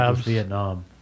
Vietnam